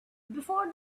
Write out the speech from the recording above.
before